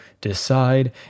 decide